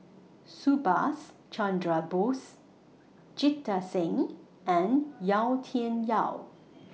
Subhas Chandra Bose Jita Singh and Yau Tian Yau